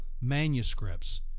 manuscripts